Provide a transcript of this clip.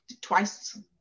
twice